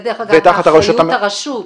דרך אגב, זו אחריות הרשות.